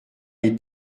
les